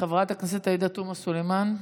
חברת הכנסת עאידה תומא סלימאן.